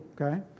okay